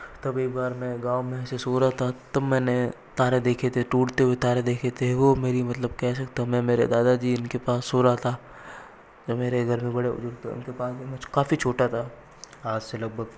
तब एक बार मैं गाँव में ऐसे सो रहा था तब मैंने तारे देखे थे टूटते हुए तारे देखे थे वो मेरी मतलब कह सकता हूँ मै मेरे दादा जी उन के पास सो रहा था जो मेरे घर में बड़े बुजुर्ग थे उन के पास जब मैं काफ़ी छोटा था आज से लगभग